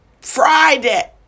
Friday